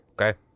okay